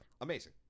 Amazing